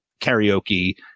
karaoke